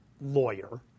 lawyer